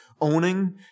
owning